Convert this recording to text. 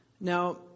now